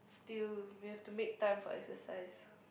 still we have to make time for exercise